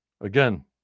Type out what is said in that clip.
Again